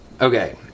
Okay